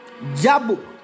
Jabu